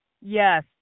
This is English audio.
Yes